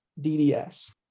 dds